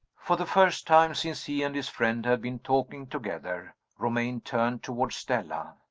for the first time since he and his friend had been talking together, romayne turned toward stella.